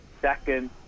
second